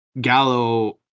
Gallo